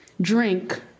drink